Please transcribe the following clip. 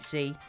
See